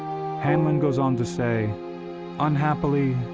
handlin goes on to say unhappily,